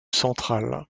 central